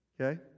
Okay